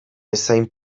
bezain